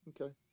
Okay